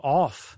off